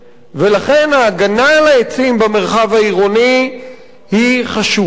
ולכן ההגנה על העצים במרחב העירוני היא חשובה.